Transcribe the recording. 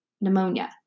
pneumonia